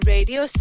Radio